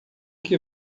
que